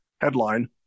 headline